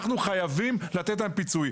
אנחנו חייבים לתת להם פיצוי.